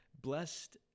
Blessed